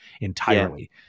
entirely